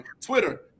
Twitter